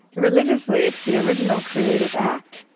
religiously, it's the original creative act,